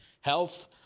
health